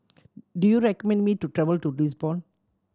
do you recommend me to travel to Lisbon